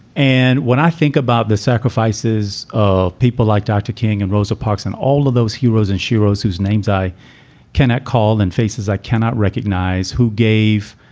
and when i think about the sacrifices of people like dr. king and rosa parks and all of those heroes in shiro's whose names i cannot call them and faces, i cannot recognize who gave